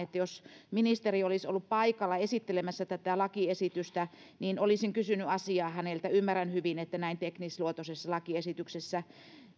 jos ministeri olisi ollut paikalla esittelemässä tätä lakiesitystä olisin kysynyt asiaa häneltä ymmärrän hyvin että näin teknisluontoisessa lakiesityksessä